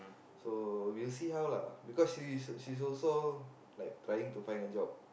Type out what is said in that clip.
so we'll see how lah because she's she's also like trying to find a job